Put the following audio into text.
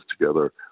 together